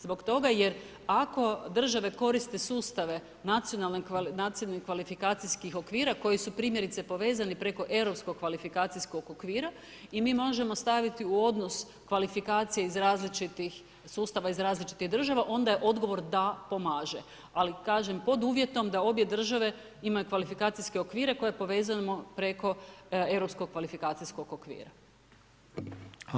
Zbog toga jer ako države koriste sustave nacionalnih kvalifikacijskih okvira koji su primjerice povezani preko europskog kvalifikacijskog okvira i mi možemo staviti u odnos kvalifikacije iz različitih sustava, iz različitih država, onda je odgovor da pomaže, ali pod uvjetom da obje države imaju kvalifikacijske okvire koje povezujemo preko europskog kvalifikacijskog okvira.